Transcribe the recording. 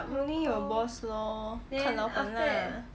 only your boss lor 看老板啦